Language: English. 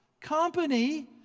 Company